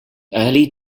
early